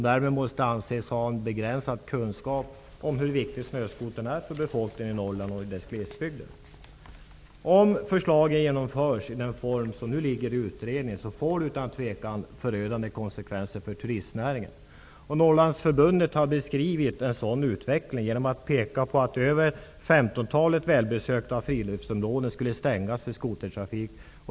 Därmed måste de anses ha en begränsad kunskap om hur viktig snöskotern är för befolkningen i Norrland och dess glesbygder. Om förslagen genomförs i den form som de nu föreligger i utredningen, får det utan tvivel förödande konsekvenser för turistnäringen. Norrlandsförbundet har beskrivit en sådan utveckling genom att peka på att över 15-talet välbesökta friluftsområden skulle stängas för skotertrafik.